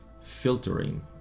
filtering